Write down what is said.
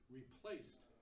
replaced